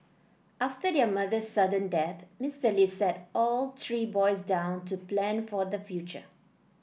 after their mother's sudden death Mister Li sat all three boys down to plan for the future